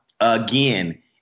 again